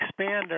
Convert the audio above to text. expander